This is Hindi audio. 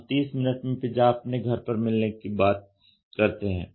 हम 30 मिनट में पिज़्ज़ा अपने घर पर मिलने की बात करते हैं